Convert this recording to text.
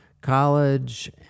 college